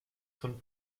von